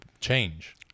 change